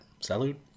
Salute